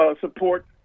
support